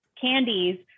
candies